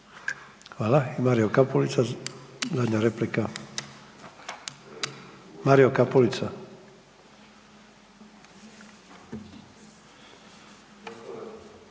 Hvala. Mario Kapulica zadnja replika, Mario Kapulica,